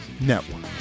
Network